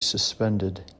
suspended